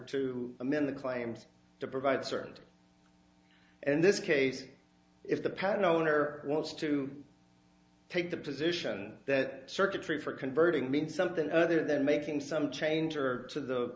to amend the claims to provide certainty in this case if the patent owner wants to take the position that circuitry for converting means something other than making some change or to the